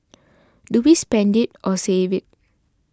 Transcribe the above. do we spend it or save it